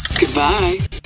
Goodbye